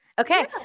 Okay